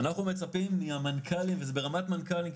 אנחנו מצפים מהמנכ"לים וזה ברמת מנכ"לים,